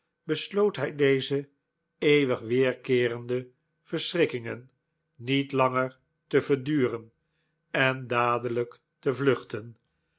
besloot hij deze eeuwig wederkeerende verschrikkingen niet langer te verduren en dadelijk te vluchten